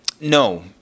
No